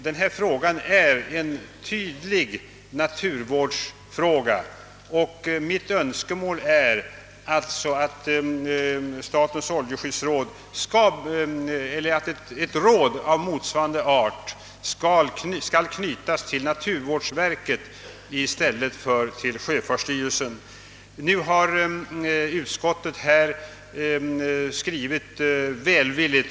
Den föreliggande frågan är en typisk naturvårdsfråga, och mitt önskemål är att ett råd av motsvarande art som statens oljeskyddsråd skall knytas till naturvårdsverket i stället för till sjöfartsstyrelsen. Utskottets skrivning är välvillig.